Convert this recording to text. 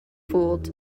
fooled